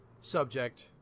subject